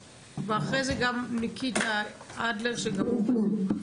אחרי זה גם נעבור לניקיטה אדלר, שגם הוא בזום.